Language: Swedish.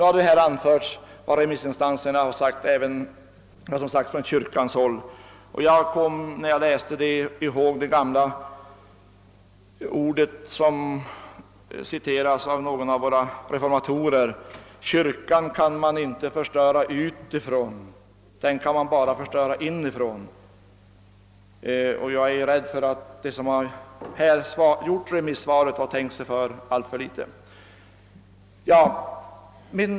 Här har anförts vad remissinstanserna framhållit och vad som sagts från kyrkans håll, och jag vill nu återge vad en av våra reformatorer har sagt: Kyrkan kan man inte förstöra utifrån; den kan bara förstöras inifrån. Jag är rädd för att de som har skrivit remissvaren har tänkt sig för alltför litet.